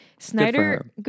Snyder